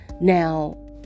Now